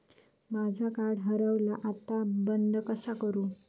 माझा कार्ड हरवला आता बंद कसा करू?